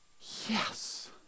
Yes